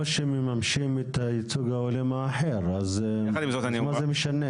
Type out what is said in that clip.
לא שמממשים את הייצוג ההולם האחר, אז מה זה משנה?